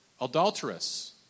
adulterous